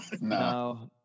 No